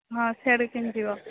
ହଁ ସେଆଡ଼କୁ ଏଇନେ ଯିବ